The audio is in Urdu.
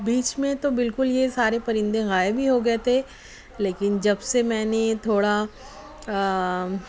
بیچ میں تو بالکل یہ سارے پرندے غائب ہی ہو گئے تھے لیکن جب سے میں نے تھوڑا